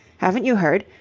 haven't you heard?